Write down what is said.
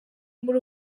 muri